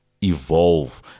evolve